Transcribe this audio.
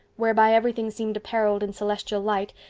whereby everything seemed apparelled in celestial light,